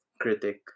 critic